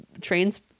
trains